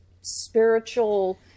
spiritual